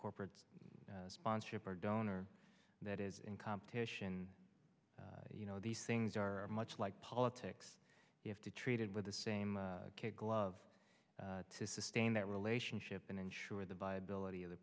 corporate sponsorship or donor that is in competition you know these things are much like politics you have to treated with the same kid glove to sustain that relationship and ensure the viability of the